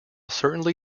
certainly